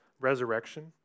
resurrection